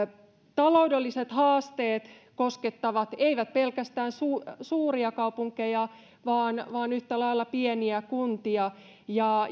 taloudelliset haasteet eivät kosketa pelkästään suuria suuria kaupunkeja vaan vaan yhtä lailla pieniä kuntia ja